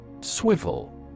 Swivel